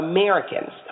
Americans